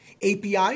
API